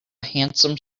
handsome